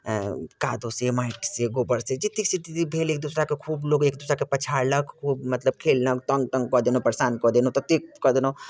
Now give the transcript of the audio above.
कादोसँ माटिसँ गोबरसँ जतेक चीज भेल एक दोसराके खूब लोक एक दूसराके पछाड़लक खूब मतलब खेललक तङ्ग तङ्ग कऽ देलहुँ परेशान कऽ देलहुँ तऽ दिक कऽ देलहुँ